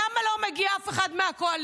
למה לא מגיע אף אחד מהקואליציה?